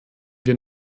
wir